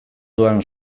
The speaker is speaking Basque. doan